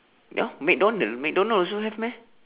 ya McDonald McDonald also have meh